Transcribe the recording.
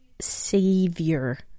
savior